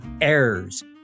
errors